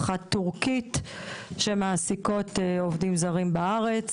אחת טורקית שמעסיקות עובדים זרים בארץ.